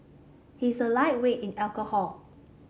he is a lightweight in alcohol